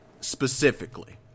specifically